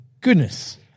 goodness